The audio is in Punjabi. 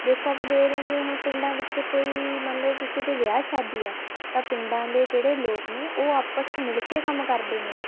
ਦੇਖੋ ਆਪਾਂ ਦੇਖ ਰਹੇ ਹਾਂ ਜਿਵੇਂ ਹੁਣ ਪਿੰਡਾਂ ਵਿੱਚ ਕੋਈ ਮੰਨ ਲਓ ਕਿਸੇ ਦੇ ਵਿਆਹ ਸ਼ਾਦੀ ਆ ਤਾਂ ਪਿੰਡਾਂ ਦੇ ਜਿਹੜੇ ਲੋਕ ਨੇ ਉਹ ਆਪਸ 'ਚ ਮਿਲ ਕੇ ਕੰਮ ਕਰਦੇ ਨੇ